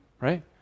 right